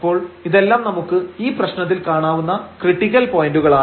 അപ്പോൾ ഇതെല്ലാം നമുക്ക് ഈ പ്രശ്നത്തിൽ കാണാവുന്ന ക്രിട്ടിക്കൽ പോയന്റുകളാണ്